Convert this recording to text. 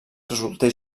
resultés